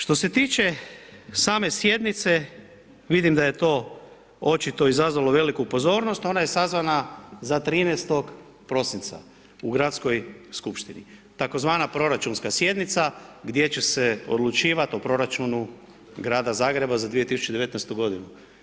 Što se tiče same sjednice vidim da je to očito izazvalo veliku pozornost ona je sazvana za 13.12. u Gradskoj skupštini tzv. proračunska sjednica gdje će se odlučivati o proračunu Grada Zagreba 2019. godinu.